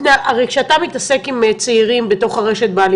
הרי כשאתה מתעסק עם צעירים בתוך הרשת בעבירות